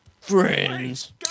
Friends